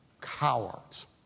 cowards